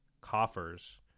Coffers